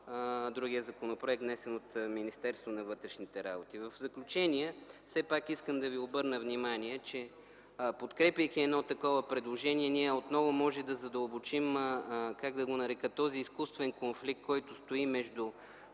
другия законопроект, внесен от Министерството на вътрешните работи. В заключение, искам да ви обърна внимание, че, подкрепяйки едно такова предложение, отново можем да задълбочим – как да го нарека, този изкуствен конфликт, който стои между